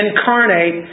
incarnate